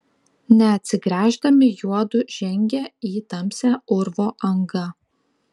neatsigręždami juodu žengė į tamsią urvo angą